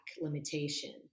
limitation